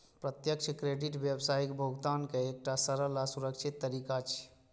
प्रत्यक्ष क्रेडिट व्यावसायिक भुगतान के एकटा सरल आ सुरक्षित तरीका छियै